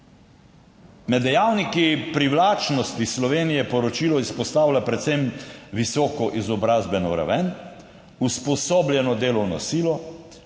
Med dejavniki privlačnosti Slovenije poročilo izpostavlja predvsem visoko izobrazbeno raven, usposobljeno delovno silo,